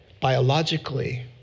biologically